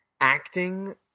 acting